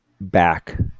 back